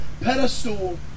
pedestal